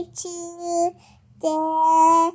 today